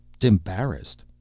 embarrassed